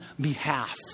behalf